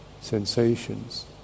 sensations